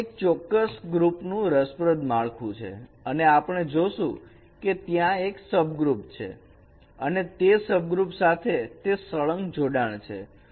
તો ત્યાં એક ચોક્કસ ગ્રુપનું રસપ્રદ માળખું છે અને આપણે જોશું કે ત્યાં સબગ્રુપ છે અને તે સબગ્રુપ સાથે સળંગ જોડાણ છે